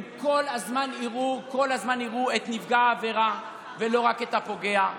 הם כל הזמן יראו את נפגע העבירה, ולא רק את הפוגע.